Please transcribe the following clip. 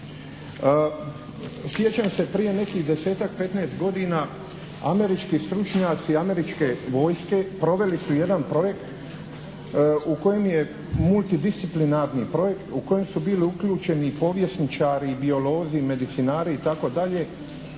Sjećam se prije nekih 10-tak, 15 godina američki stručnjaci američke vojske proveli su jedan projekt u kojem je multidisciplinarni projekt u kojem su bili uključeni povjesničari i biolozi, medicinari itd.